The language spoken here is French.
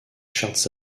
charts